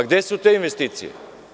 Gde su te investicije?